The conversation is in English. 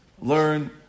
learn